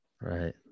Right